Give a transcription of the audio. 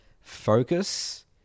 focus